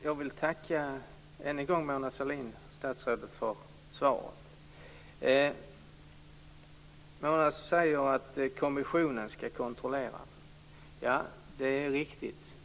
Fru talman! Jag vill än en gång tacka statsrådet Sahlin för svaret. Mona Sahlin säger att kommissionen skall kontrollera. Ja, det är riktigt.